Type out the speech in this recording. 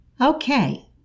Okay